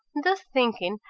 thus thinking,